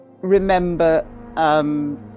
remember